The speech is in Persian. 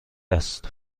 است